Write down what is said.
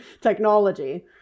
technology